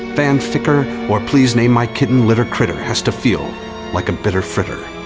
fan ficcer, or please name my kitten litter critter has to feel like a bitter fritter.